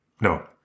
no